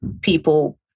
people